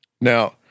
Now